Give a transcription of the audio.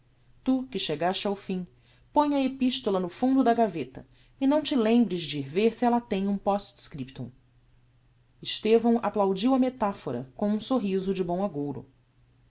tu que chegaste ao fim põe a epistola no fundo da gaveta e não te lembres de ir ver se ella tem um post-scriptum estavão applaudiu a metaphora com um sorriso de bom agouro